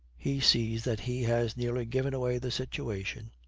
he sees that he has nearly given away the situation.